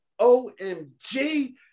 omg